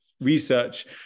research